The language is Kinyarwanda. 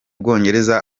bwongereza